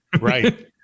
Right